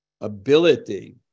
ability